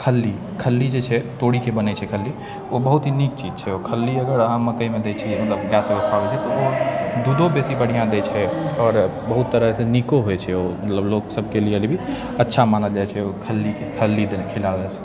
खल्ली खल्ली जे छै तोरीके बनै छै खल्ली ओ बहुत ही नीक चीज छै ओ खल्ली अगर अहाँ मकइमे दै छिए मतलब गायसबके खुआबै छिए दूधो बेसी बढ़िआँ दै छै आओर बहुत तरहसँ नीको होइ छै ओ लोक सबके लिए भी अच्छा मानल जाइ छै ओ खल्लीके खिलाबैसँ